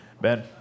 Ben